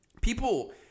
people